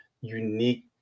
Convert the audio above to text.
unique